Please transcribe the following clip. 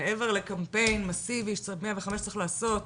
מעבר לקמפיין מסיבי ש-105 צריך לעשות,